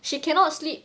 she cannot sleep